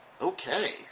okay